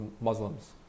Muslims